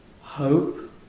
hope